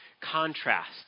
contrast